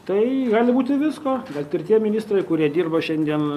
tai gali būti visko net ir tie ministrai kurie dirba šiandien